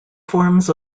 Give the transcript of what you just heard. forms